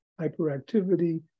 hyperactivity